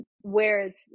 Whereas